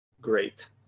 great